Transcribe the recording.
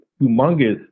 humongous